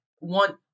want